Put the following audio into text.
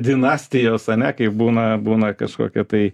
dinastijos ane kaip būna būna kažkokia tai